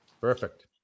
perfect